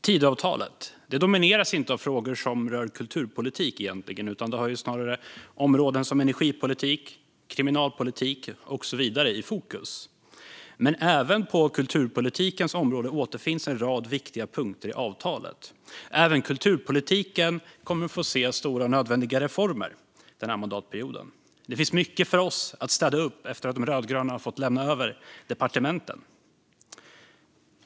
Tidöavtalet domineras egentligen inte av frågor som rör kulturpolitik, utan det har snarare områden som energipolitik, kriminalpolitik och så vidare i fokus. Men även på kulturpolitikens område återfinns en rad viktiga punkter i avtalet. Även kulturpolitiken kommer att få se stora och nödvändiga reformer under denna mandatperiod. Det finns mycket för oss att städa upp efter att de rödgröna har fått lämna över departementen.